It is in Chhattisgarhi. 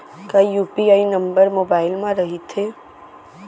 का यू.पी.आई नंबर मोबाइल म रहिथे?